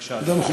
בבקשה, אדוני.